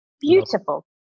beautiful